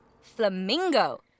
flamingo